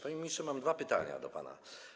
Panie ministrze, mam dwa pytania do pana.